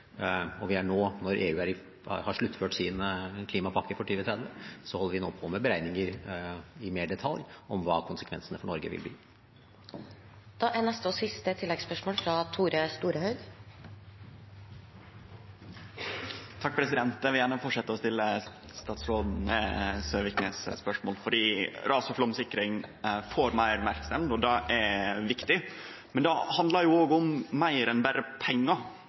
og nå, når EU har sluttført sin klimapakke for 2030, holder vi på med beregninger i mer detalj om hva konsekvensene for Norge vil bli. Tore Storehaug – til neste og siste oppfølgingsspørsmål. Eg vil gjerne fortsetje å stille statsråd Søviknes spørsmål. Ras- og flaumsikring får meir merksemd, og det er viktig. Men det handlar jo òg om meir enn berre pengar.